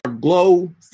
glow